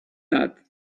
that